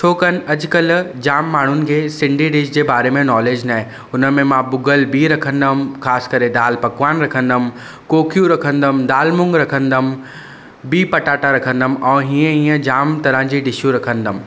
छाकाण अॼुकल्ह जाम माण्हुनि खे सिंधी डिश जे बारे में नॉलैज न आहे हुनमें मां भुॻियल बी रखंदुमि ख़ासि करे दालि पकवान रखंदुमि कोकियूं रखंदुमि दाल मूंङ रखंदुमि बी पटाटा रखंदुमि ऐं हीअं हीअं जाम तरह जूं डिशूं रखंदुमि